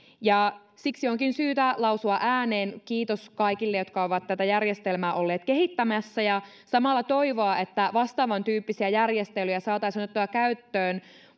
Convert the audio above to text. siksi onkin syytä lausua ääneen kiitos kaikille jotka ovat tätä järjestelmää olleet kehittämässä ja samalla toivoa että vastaavantyyppisiä järjestelyjä saataisiin otettua käyttöön